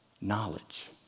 knowledge